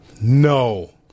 No